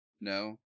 No